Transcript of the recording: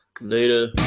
Later